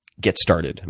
get started?